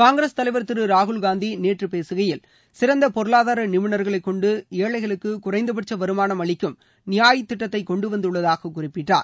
காங்கிரஸ் தலைவர் திரு ராகுல் காந்தி நேற்று பேசுகையில் சிறந்த பொருளாதார நிபுணர்களைகொண்டு ஏழைகளுக்கு குறைந்தபட்ச வருமானம் அளிக்கும் நியாய் திட்டத்தை கொண்டுவந்துள்ளதாக குறிப்பிட்டார்